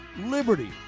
liberty